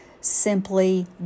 simply